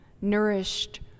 nourished